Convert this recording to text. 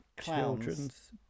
children's